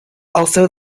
also